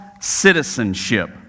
citizenship